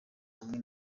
hamwe